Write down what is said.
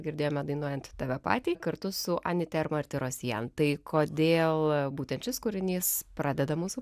girdėjome dainuojant tave patį kartu su aniter martirosian tai kodėl būtent šis kūrinys pradeda mūsų